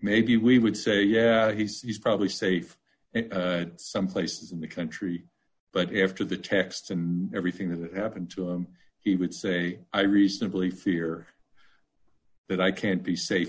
maybe we would say yeah he's probably safe and some places in the country but after the texts and everything that happened to him he would say i recently fear that i can't be safe in